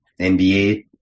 NBA